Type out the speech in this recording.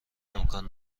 امکان